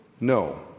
No